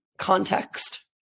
Context